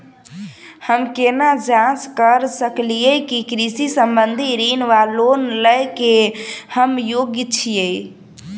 हम केना जाँच करऽ सकलिये की कृषि संबंधी ऋण वा लोन लय केँ हम योग्य छीयै?